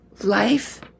life